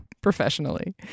professionally